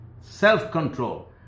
self-control